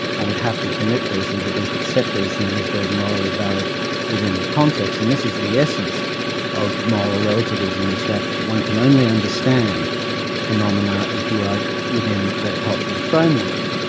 one would have to permit these things or at least accept these things as being morally valid within the context, and this is the essence of moral relativism, is that one can only understand phenomena if you are within that cultural framework.